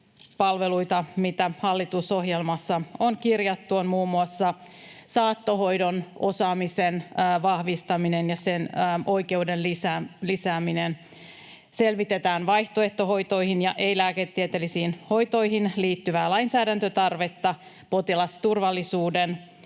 sote-palveluita, mitä hallitusohjelmaan on kirjattu, ovat muun muassa saattohoidon osaamisen vahvistaminen ja sen oikeuden lisääminen. Selvitetään vaihtoehtohoitoihin ja ei-lääketieteellisiin hoitoihin liittyvää lainsäädäntötarvetta potilasturvallisuuden